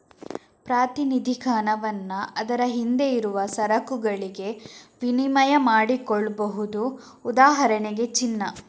ಪ್ರಾತಿನಿಧಿಕ ಹಣವನ್ನ ಅದರ ಹಿಂದೆ ಇರುವ ಸರಕುಗಳಿಗೆ ವಿನಿಮಯ ಮಾಡಿಕೊಳ್ಬಹುದು ಉದಾಹರಣೆಗೆ ಚಿನ್ನ